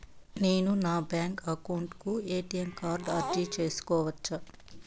నేను నా bank account కు ఎ.టి.ఎం కార్డు అర్జీ సేసుకోవచ్చా?